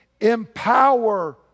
Empower